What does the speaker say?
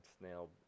snail